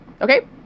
Okay